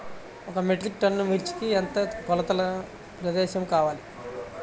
ఒక metric ton మిర్చికి ఎంత కొలతగల ప్రదేశము కావాలీ?